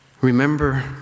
remember